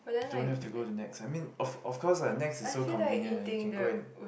don't have to go to Nex I mean of of course lah Nex is so convenient lah you can go and